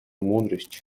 мудрость